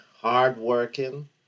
Hardworking